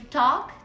talk